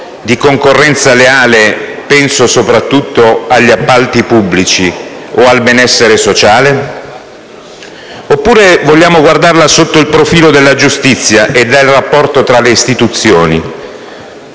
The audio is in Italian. di concorrenza leale - penso soprattutto agli appalti pubblici - o di benessere sociale? Oppure vogliamo guardarla sotto il profilo della giustizia e del rapporto tra le istituzioni?